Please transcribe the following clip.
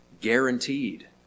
Guaranteed